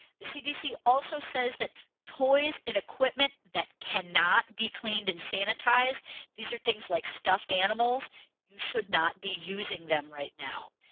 the cdc also says that toys and equipment that cannot be cleaned and sanitized these are things like stuffed animals you should not be using them right now.